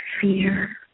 fear